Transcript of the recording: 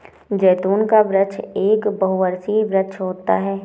जैतून का वृक्ष एक बहुवर्षीय वृक्ष होता है